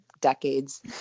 decades